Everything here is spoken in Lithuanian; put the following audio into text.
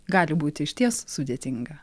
gali būti išties sudėtinga